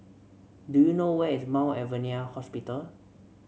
do you know where is Mount Alvernia Hospital